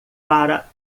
para